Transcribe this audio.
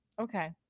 Okay